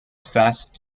fast